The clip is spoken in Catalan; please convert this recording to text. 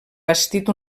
bastit